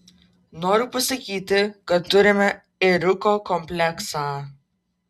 noriu pasakyti kad turime ėriuko kompleksą